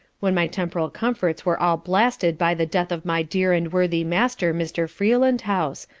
when my temporal comforts were all blasted by the death of my dear and worthy master mr. freelandhouse,